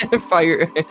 fire